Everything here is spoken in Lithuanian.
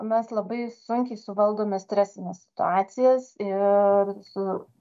mes labai sunkiai suvaldome stresines situacijas ir su